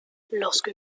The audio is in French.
lorsque